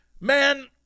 Man